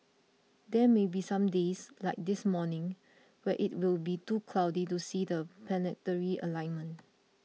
there may be some days like this morning where it will be too cloudy to see the planetary alignment